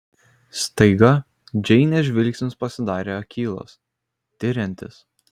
staiga džeinės žvilgsnis pasidarė akylas tiriantis